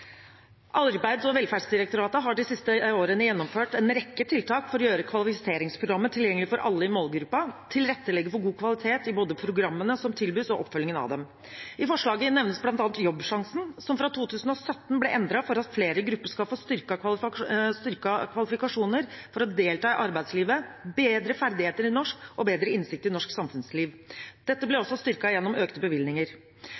Arbeids- og velferdsdirektoratet har de siste årene gjennomført en rekke tiltak for å gjøre kvalifiseringsprogrammet tilgjengelig for alle i målgruppa og tilrettelegge for god kvalitet i både programmene som tilbys, og oppfølgingen av dem. I forslaget nevnes bl.a. Jobbsjansen, som fra 2017 ble endret for at flere grupper skal få styrkede kvalifikasjoner for å delta i arbeidslivet, bedre ferdigheter i norsk og bedre innsikt i norsk samfunnsliv. Dette ble